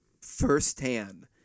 firsthand